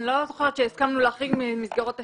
אני לא זוכרת שהסכמנו להחריג ממסגרות אשראי.